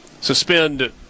suspend